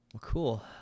cool